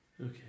Okay